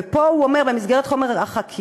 ופה הוא אומר, במסגרת חומר החקירה,